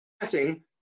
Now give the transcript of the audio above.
passing